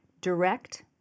direct